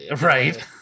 Right